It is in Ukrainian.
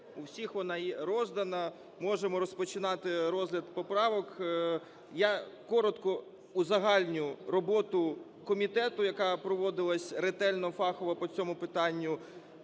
У всіх вона роздана. Можемо розпочинати розгляд поправок. Я коротко узагальню роботу комітету, яка проводилася ретельно, фахово по цьому питанню.